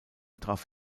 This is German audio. traf